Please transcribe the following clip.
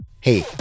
Hey